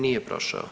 Nije prošao.